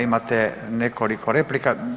Imate nekoliko replika.